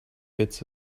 bits